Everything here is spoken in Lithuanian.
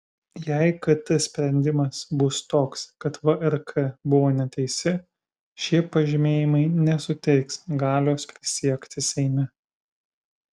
jei kt sprendimas bus toks kad vrk buvo neteisi šie pažymėjimai nesuteiks galios prisiekti seime